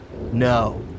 No